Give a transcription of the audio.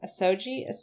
Asogi